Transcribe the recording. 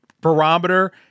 barometer